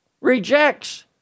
rejects